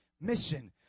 mission